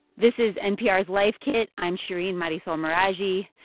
this is npr's life kit. i'm shereen marisol meraji.